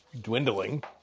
dwindling